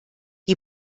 die